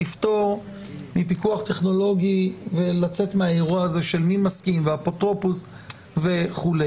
לפטור מפיקוח טכנולוגי ולצאת מהאירוע הזה של מי מסכים ואפוטרופוס וכו'.